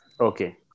Okay